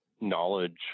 knowledge